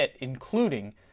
including